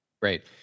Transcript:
Great